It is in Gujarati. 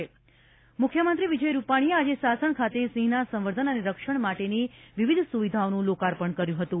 સીએમ સાસણ મુખ્યમંત્રી વિજય રૂપાલી એ આજે સાસલ ખાતે સિંહ ના સંવર્ધન અને રક્ષણ માટેની વિવિધ સુવિધાઓ નું લોકાર્પણ કર્યું હતું